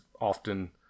often